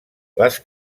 les